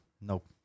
nope